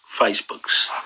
Facebook's